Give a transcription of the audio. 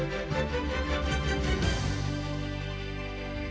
Дякую